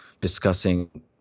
discussing